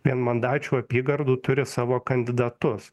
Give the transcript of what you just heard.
vienmandačių apygardų turi savo kandidatus